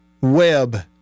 Web